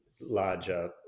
larger